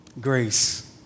Grace